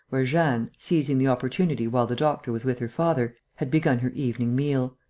where jeanne, seizing the opportunity while the doctor was with her father, had begun her evening meal.